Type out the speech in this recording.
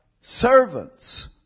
servants